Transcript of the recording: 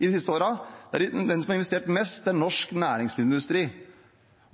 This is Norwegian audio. de siste årene, er den som har investert mest, norsk næringsmiddelindustri.